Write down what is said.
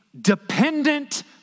dependent